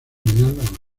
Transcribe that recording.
renal